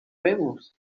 famous